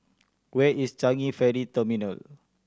where is Changi Ferry Terminal